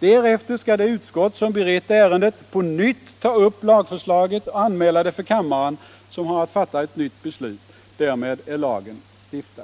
Därefter skall det utskott som berett ärendet på nytt ta upp lagförslaget och anmäla det för kammaren, som har att fatta ett nytt beslut. Därmed är lagen stiftad.